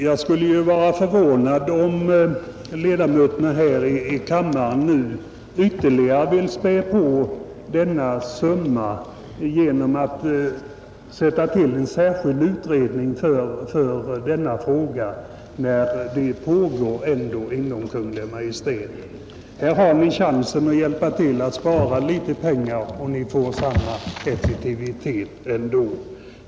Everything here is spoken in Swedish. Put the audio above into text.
Det skulle förvåna mig om ledamöterna här i kammaren ytterligare ville späda på denna summa genom att tillsätta en särskild utredning för denna fråga, när det ändå pågår en utredning hos Kungl. Maj:t. Här har ni chansen att hjälpa till att spara litet pengar, och ni får samma effektivitet ändå.